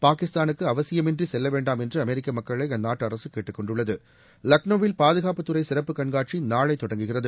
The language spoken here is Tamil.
பாகிஸ்தானுக்கு அவசியமின்றி செல்ல வேண்டாம் என்று அமெரிக்க மக்களை அந்நாட்டு அரசு கேட்டுக் கொண்டுள்ளது லக்னோவில் பாதுகாப்புத்துறை சிறப்பு கண்காட்சி நாளை தொடங்குகிறது